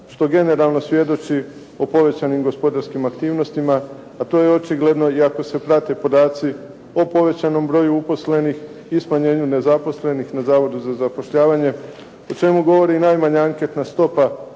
što generalno svjedoči o povećanim gospodarskim aktivnostima, a to je očigledno i ako se prate podaci o povećanom broju uposlenih i smanjenju nezaposlenih na Zavodu za zapošljavanje o čemu govori najmanja anketna stopa